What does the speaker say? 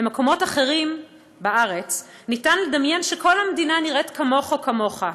במקומות אחרים בארץ ניתן לדמיין שכל המדינה נראית כמוך או כמוך: